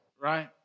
right